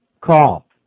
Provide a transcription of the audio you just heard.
call